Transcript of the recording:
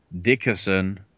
Dickerson